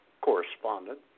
correspondent